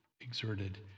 exerted